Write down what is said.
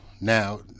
now